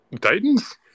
titans